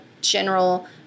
general